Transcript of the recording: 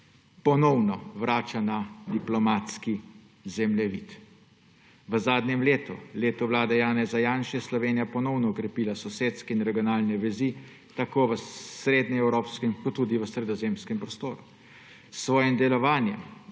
ponovno vrača na diplomatski zemljevid. V zadnjem letu, letu vlade Janeza Janše, je Slovenija ponovno okrepila sosedske in regionalne vezi tako v srednjeevropskem kot tudi v sredozemskem prostoru. S svojim delovanjem